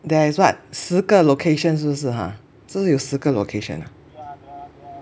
there is what 十个 locations 是不是 ha 是不是有十个 location ah